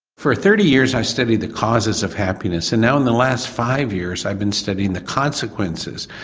for thirty years i studied the causes of happiness and now in the last five years i've been studying the consequences.